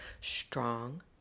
strong